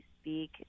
speak